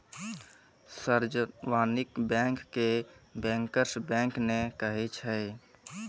सार्जवनिक bank के bankers bank नै कहै छै